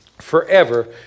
forever